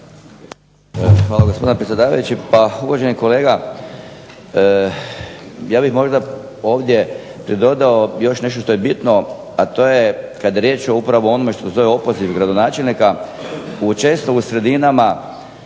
Hvala gospodine predsjedavajući.